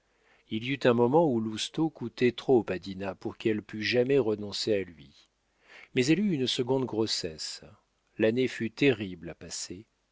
il y eut un moment où lousteau coûtait trop à dinah pour qu'elle pût jamais renoncer à lui mais elle eut une seconde grossesse l'année fut terrible à passer